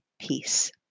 peace